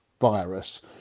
virus